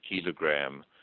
kilogram